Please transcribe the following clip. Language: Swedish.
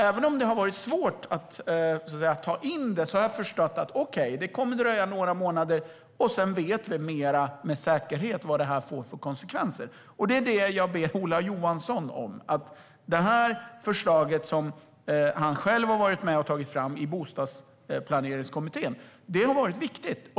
Även om det har varit svårt att ta in det har jag förstått att okej, det kommer att dröja några månader och sedan vet vi med mer säkerhet vad det här får för konsekvenser. De här förslagen, som Ola Johansson själv har varit med att ta fram i Bostadsplaneringskommittén, är viktiga.